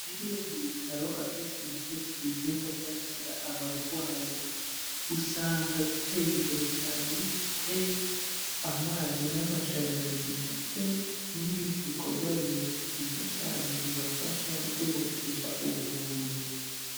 Bimwe mu bitaro akenshi na kenshi bigenda byakira abarwayi, usanga biteye imbere cyane, bifite amazi n'amashanyarazi ndetse n'ibindi bikorwaremezo, byiza cyane bibafasha mu kwihutisha ubuvuzi.